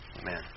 Amen